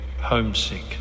homesick